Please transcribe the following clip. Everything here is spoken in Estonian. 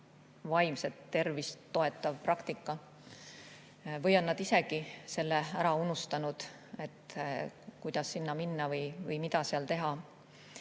vaimset tervist toetav praktika, või on nad ise selle ära unustanud, kuidas sinna minna või mida seal teha?